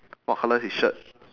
what colour his shirt